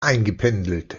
eingependelt